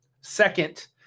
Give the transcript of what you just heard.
Second